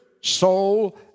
soul